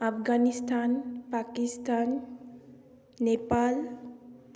Afghanistan Pakistan Nepal